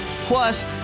Plus